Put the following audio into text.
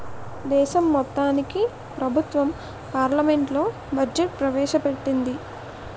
దేశం మొత్తానికి ప్రభుత్వం పార్లమెంట్లో బడ్జెట్ ప్రవేశ పెట్టింది